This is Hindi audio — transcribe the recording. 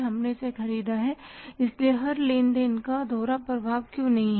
हमने इसे ख़रीदा है इसलिए हर लेन देन का दोहरा प्रभाव क्यों नहीं है